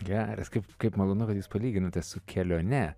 geras kaip kaip malonu kad jūs palyginote su kelione